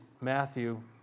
Matthew